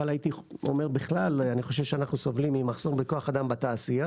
אבל הייתי אומר שבכלל אני חושב שאנחנו סובלים מכח אדם בתעשייה